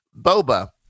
boba